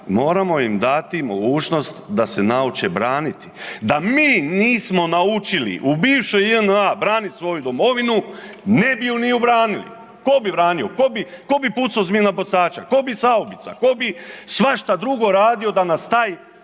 moramo im dati mogućnost da se nauče braniti, da mi nismo naučili u bivšoj JNA branit svoju domovinu, ne bi ju ni obranili. Tko bi branio? Tko bi, tko bi pucao s minobacača, tko bi s haubica, tko bi svašta drugo radio da nas taj